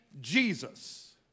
Jesus